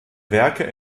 werke